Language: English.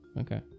Okay